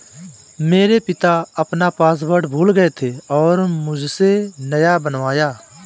मेरे पिता अपना पासवर्ड भूल गए थे और मुझसे नया बनवाया